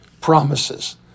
promises